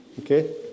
Okay